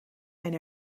and